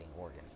organ